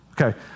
Okay